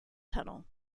tunnel